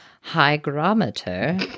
hygrometer